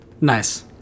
Nice